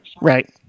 Right